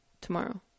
tomorrow